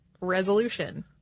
resolution